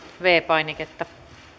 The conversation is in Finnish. viides painiketta